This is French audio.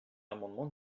l’amendement